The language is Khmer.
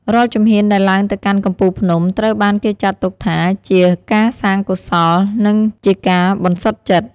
រាល់ជំហានដែលឡើងទៅកាន់កំពូលភ្នំ ត្រូវបានគេចាត់ទុកថាជាការសាងកុសល និងជាការបន្សុទ្ធចិត្ត។